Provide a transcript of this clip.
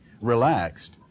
relaxed